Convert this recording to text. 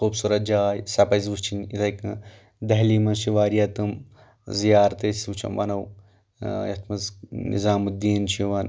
خوٗبصوٗرت جاے سۄ پزِ وٕچھِنۍ اِتھٕے کٔنۍ دہلی منٛز چھِ واریاہ تِم زیارتہٕ أسۍ وٕچھو ونو یتھ منٛز نظام و دیٖن چھُ یِوان